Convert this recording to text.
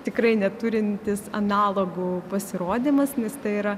tikrai neturintis analogų pasirodymas nes tai yra